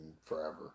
forever